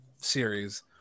series